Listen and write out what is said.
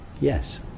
Yes